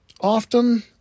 often